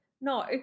No